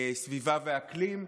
סביבה ואקלים.